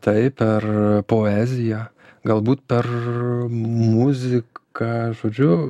taip per poeziją galbūt per muziką žodžiu